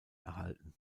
erhalten